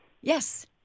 Yes